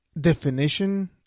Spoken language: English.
definition